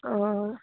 आं